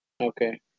Okay